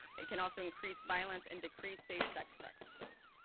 it can also increase violence and decrease safe sex practices.